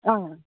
ആ